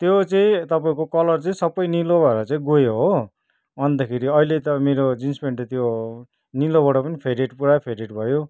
त्यो चाहिँ तपाईँको कलर चाहिँ सबै निलो भएर चाहिँ गयो हो अन्तखेरि अहिले त मेरो जिन्स पेन्ट त त्यो निलोबाट पनि फेडेट पुरा फेडेट भयो